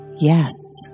yes